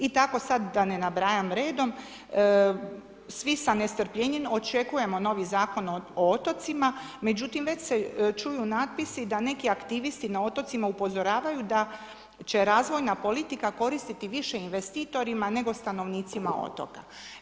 I tako sad da ne nabrajam redom, svi sa nestrpljenjem očekujemo novi Zakon o otocima, međutim već se čuju natpisi da neki aktivisti na otocima upozoravaju da će razvojna politika koristiti više investitorima, nego stanovnicima otoka.